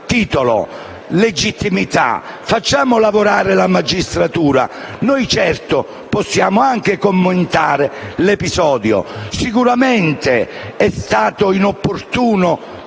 legittimità, facciamo lavorare la magistratura. Noi, certo, possiamo anche commentare l'episodio: sicuramente è stata inopportuna